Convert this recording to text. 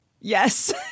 Yes